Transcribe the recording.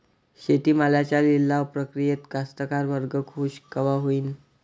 शेती मालाच्या लिलाव प्रक्रियेत कास्तकार वर्ग खूष कवा होईन?